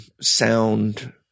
sound